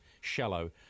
shallow